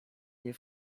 nie